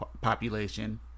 population